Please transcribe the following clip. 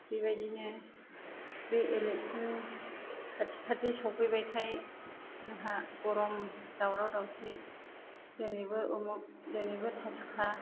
बेबायदिनो बे एलेकसन खाथि खाथि सौफैबाथाइ जोंहा गरम दावराव दावसि दोनैबो उमुग दिनैबो थासुखा